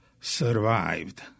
survived